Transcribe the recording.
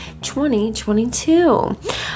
2022